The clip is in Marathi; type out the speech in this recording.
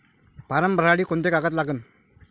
फारम भरासाठी मले कोंते कागद लागन?